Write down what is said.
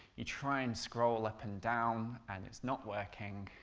you try and scroll up and down, and it's not working,